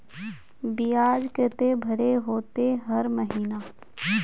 बियाज केते भरे होते हर महीना?